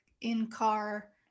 in-car